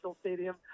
Stadium